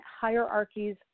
hierarchies